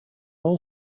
all